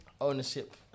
ownership